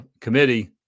committee